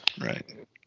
right